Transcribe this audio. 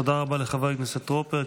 תודה רבה לחבר הכנסת טרופר.